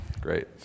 Great